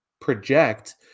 project